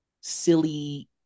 silly